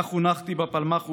כך חונכתי בפלמ"ח ובצה"ל.